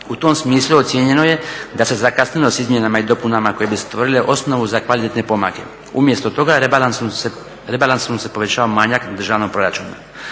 U tom smislu ocijenjeno je da se zakasnilo s izmjenama i dopunama koje bi stvorile osnovu za kvalitetne pomake. Umjesto toga rebalansom se povećava manjak državnog proračuna.